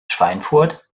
schweinfurt